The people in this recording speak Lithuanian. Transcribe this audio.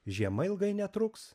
žiema ilgai netruks